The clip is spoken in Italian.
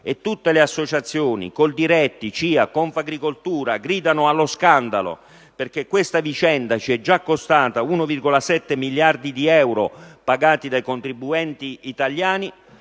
e tutte le associazioni - Coldiretti, CIA, Confagricoltura - gridano allo scandalo perché questa vicenda ci è già costata 1,7 miliardi di euro pagati dai contribuenti italiani,